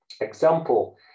example